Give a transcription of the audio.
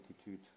attitude